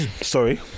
Sorry